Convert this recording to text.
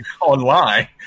online